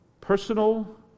personal